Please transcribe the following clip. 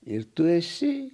ir tu esi